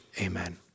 Amen